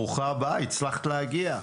ברוכה הבאה, הצלחת להגיע.